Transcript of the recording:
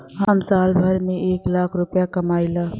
हम साल भर में एक लाख रूपया कमाई ला